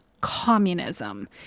communism